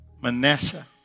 Manasseh